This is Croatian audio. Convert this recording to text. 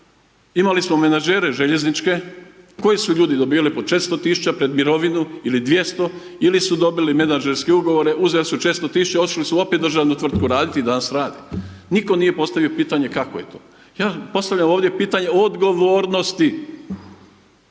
imali smo menadžere željezničke koji su ljudi dobivali po 400.000 pred mirovinu, ili 200 ili su dobili menadžerske ugovore, uzeli su 400.000 otišli su opet u državnu tvrtku radi i danas rade. Nitko nije postavio pitanje kakvo je to? Ja postavljam ovdje pitanje odgovornosti,